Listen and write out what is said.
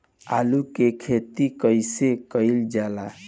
आलू की खेती कइसे कइल जाला?